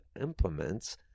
implements